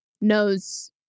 knows